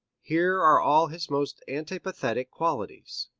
here are all his most antipathetic qualities.